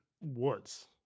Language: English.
woods